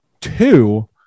Two